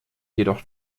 jedoch